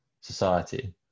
society